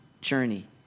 journey